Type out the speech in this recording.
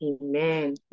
amen